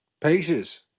Pages